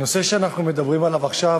הנושא שאנחנו מדברים עליו עכשיו